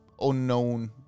unknown